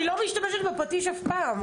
אני לא משתמשת בפטיש אף פעם,